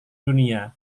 dunia